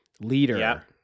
leader